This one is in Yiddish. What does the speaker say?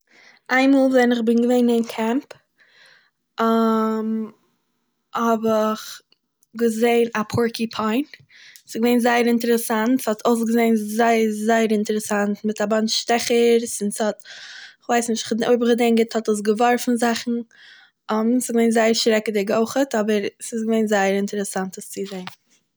איינמאל ווען איך בין געווען אין קעמפ האב איך געזעהן א פורקיפאין, ס'איז געווען זייער אינטערעסאנט, ס'האט אויסגעזעהן זייער זייער אינטערעסאנט, מיט א באנטש שטעכערס און ס'האט- איך ווייס נישט, אויב איך געדענק גוט האט עס געווארפן זאכן, ס'איז געווען זייער שרעקעדיג אויכ'עט אבער ס'איז געווען זייער אינטערעסאנט עס צו זעהן